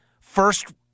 First